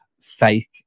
fake